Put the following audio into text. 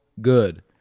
good